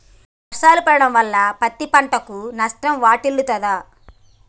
వర్షాలు పడటం వల్ల పత్తి పంటకు నష్టం వాటిల్లుతదా?